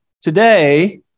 today